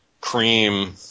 cream